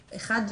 שכולים.